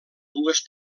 dues